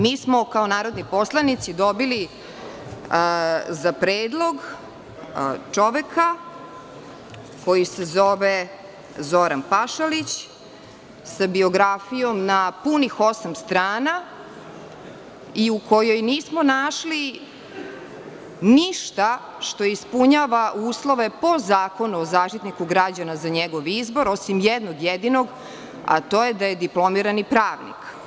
Mi smo kao narodni poslanici dobili za predlog čoveka koji se zove Zoran Pašalić, sa biografijom na punih osam strana i u kojoj nismo našli ništa što ispunjava uslove po Zakonu o zaštitniku građana za njegov izbor, osim jednog jedinog, a to je da je diplomirani pravnik.